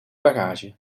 bagage